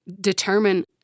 determine